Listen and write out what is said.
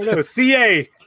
CA